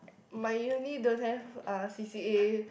my uni don't have uh C_C_A